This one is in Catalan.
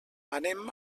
anem